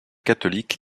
catholique